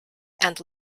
and